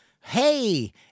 hey